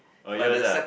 oh yours ah